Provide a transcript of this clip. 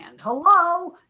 Hello